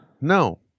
No